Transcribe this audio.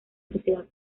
sociedad